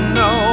no